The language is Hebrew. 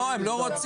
לא, הם לא רוצים.